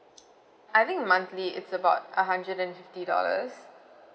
I think monthly it's about a hundred and fifty dollars